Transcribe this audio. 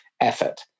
effort